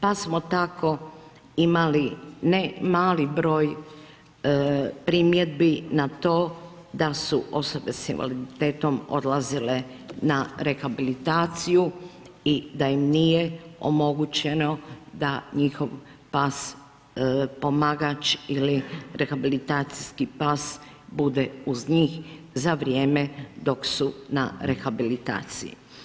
Pa smo tako imali ne mali broj primjedbi na to da su osobe s invaliditetom odlazile na rehabilitaciju i da im nije omogućeno da njihov pas pomagač ili rehabilitacijski pas bude uz njih za vrijeme dok su na rehabilitaciji.